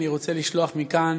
אני רוצה לשלוח מכאן